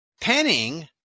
Penning